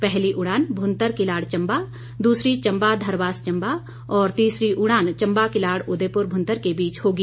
पहली उड़ान भुंतर किलाड़ चंबा दूसरी चंबा धरवास चंबा और तीसरी उड़ान चंबा किलाड़ उदयपुर भुंतर के बीच होगी